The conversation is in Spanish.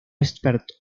experto